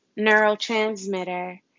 neurotransmitter